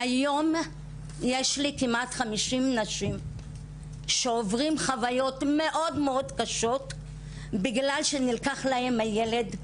יש לי כמעט 50 נשים שעוברות חוויות מאוד מאוד קשות בגלל שנלקח מהן ילד.